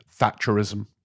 Thatcherism